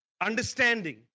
understanding